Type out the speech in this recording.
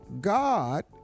God